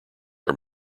are